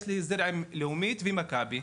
יש לי הסדר עם לאומית ועם מכבי.